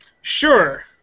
Sure